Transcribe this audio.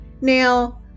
Now